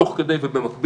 תוך כדי ובמקביל.